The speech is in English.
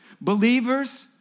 Believers